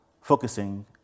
focusing